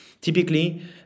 typically